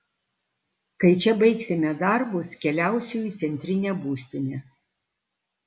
kai čia baigsime darbus keliausiu į centrinę būstinę